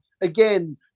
again